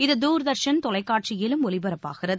இது தூர்தர்ஷன் தொலைக்கட்சியிலும் ஒலிபரப்பாகிறது